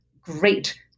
great